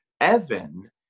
Evan